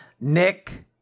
Nick